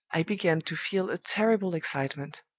i began to feel a terrible excitement